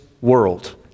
world